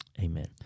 amen